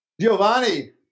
Giovanni